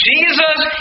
Jesus